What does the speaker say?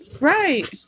Right